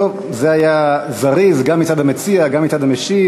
טוב, זה היה זריז, גם מצד המציע, גם מצד המשיב.